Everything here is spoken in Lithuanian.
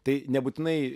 tai nebūtinai